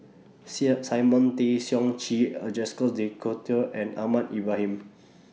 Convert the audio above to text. Simon Tay Seong Chee Are Jacques De Coutre and Ahmad Ibrahim